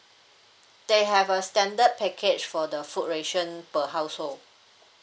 they have a standard package for the food ration per household